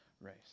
race